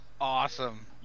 awesome